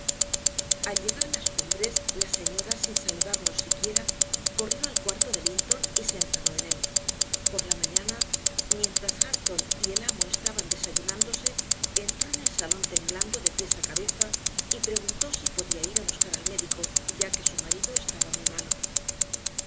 al llegar a las cumbres la señora sin saludarnos siquiera corrió al cuarto de linton y se encerró en él por la mañana mientras hareton y el amo estaban desayunándose entró en el salón temblando de pies a cabeza y preguntó si se podía ir a buscar al médico ya que su marido estaba muy malo